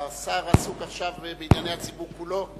השר עסוק עכשיו בענייני הציבור כולו.